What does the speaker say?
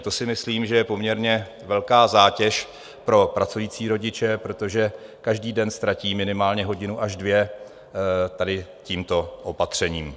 To si myslím, že je poměrně velká zátěž pro pracující rodiče, protože každý ztratí minimálně hodinu až dvě tady tímto opatřením.